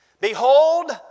Behold